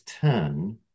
turn